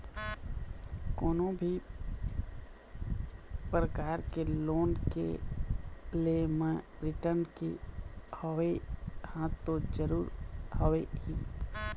कोनो भी परकार के लोन के ले म रिर्टन के होवई ह तो जरुरी हवय ही